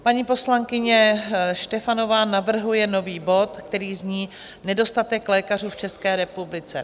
Paní poslankyně Štefanová navrhuje nový bod, který zní: Nedostatek lékařů v České republice.